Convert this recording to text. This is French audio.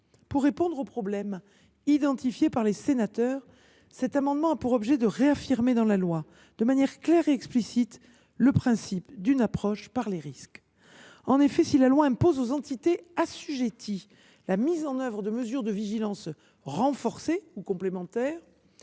Pour répondre à ce problème, identifié par les sénateurs, le présent amendement a donc pour objet de réaffirmer dans la loi, de manière claire et explicite, le principe d’une approche par les risques. En effet, si la loi impose aux entités assujetties la mise en œuvre de mesures de vigilance renforcées ou complémentaires